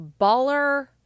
baller